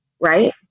right